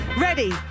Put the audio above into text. Ready